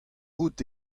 out